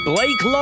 Blake